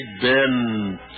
Ben